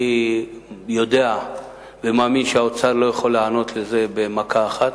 אני יודע ומאמין שהאוצר לא יכול להיענות לזה במכה אחת,